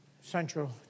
Central